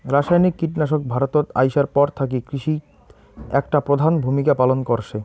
রাসায়নিক কীটনাশক ভারতত আইসার পর থাকি কৃষিত একটা প্রধান ভূমিকা পালন করসে